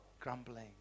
grumbling